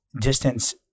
distance